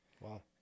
Wow